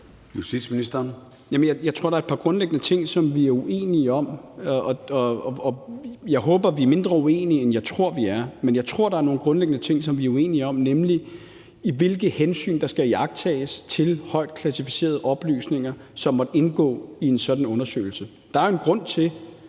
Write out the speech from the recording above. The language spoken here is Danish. jeg tror, der er et par grundlæggende ting, som vi er uenige om, og jeg håber, vi er mindre uenige, end jeg tror, vi er. Men jeg tror, der er nogle grundlæggende ting, som vi er uenige om, nemlig hvilke hensyn der skal iagttages til højt klassificerede oplysninger, som måtte indgå i en sådan undersøgelse. Der er jo en grund til,